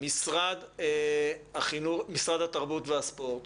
משרד התרבות והספורט